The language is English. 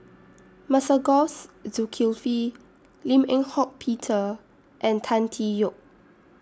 Masagos Zulkifli Lim Eng Hock Peter and Tan Tee Yoke